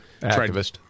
Activist